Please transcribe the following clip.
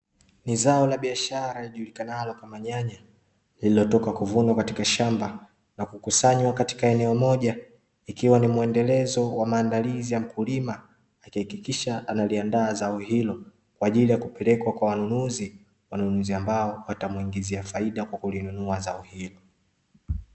Ni zao la biashara lijulikanalo kama nyanya, lililotoka kuvunwa katika shamba na kukusanywa katika eneo moja, ikiwa ni muendelezo wa maandalizi wa mkulima, akihakikisha analiandaa zao hilo kwa ajili ya kupeleka kwa wanunuzi, wanunuzi ambao watamuingizia faida kwa kulinunua zao hilo.